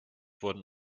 wurden